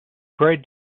spread